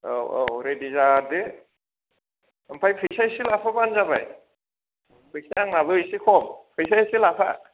औऔ रिडि जादो आमफाय पैसाया इसे लाबोफाबानो जाबाय पैसाया आंनाबो एसे खम पैसा एसे लाखा